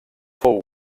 fou